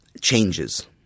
changes